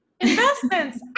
investments